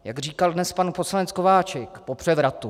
Jak říkal dnes pan poslanec Kováčik po převratu.